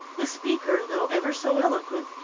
the speaker, though ever so eloquent,